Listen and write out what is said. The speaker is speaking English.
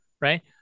right